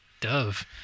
dove